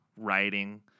writing